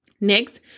Next